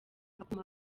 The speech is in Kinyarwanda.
akuma